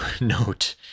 note